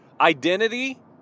identity